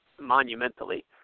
monumentally